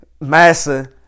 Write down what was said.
massa